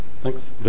Thanks